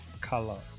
Color